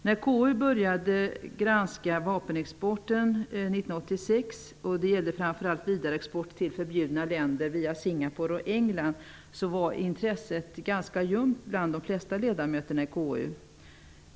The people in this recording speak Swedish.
När KU började granska vapenexporten 1986 -- det gällde framför allt vidareexport till förbjudna länder via Singapore och England -- var intresset ganska ljumt hos de flesta ledamötena i KU.